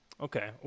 Okay